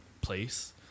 place